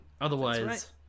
Otherwise